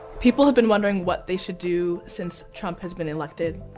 people have been wondering what they should do since trump has been elected.